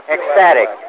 Ecstatic